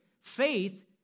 faith